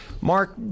Mark